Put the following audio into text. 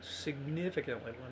significantly